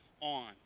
on